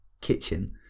kitchen